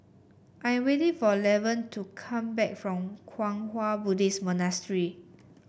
I am waiting for Lavern to come back from Kwang Hua Buddhist Monastery